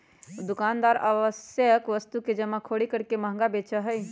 दुकानदार आवश्यक वस्तु के जमाखोरी करके महंगा बेचा हई